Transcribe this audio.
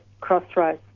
Crossroads